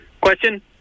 Question